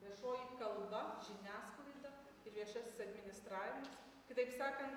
viešoji kalba žiniasklaida ir viešasis administravimas kitaip sakant